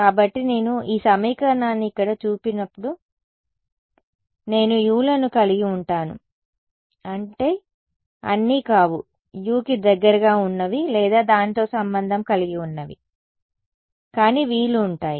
కాబట్టి నేను ఈ సమీకరణాన్ని ఇక్కడ చూసినప్పుడు నేను u లను కలిగి ఉంటాను అంటే అన్నీ కావు u కి దగ్గరగా ఉన్నవి లేదా దానితో సంబంధం కలిగి ఉన్నవి కానీ vలు ఉంటాయి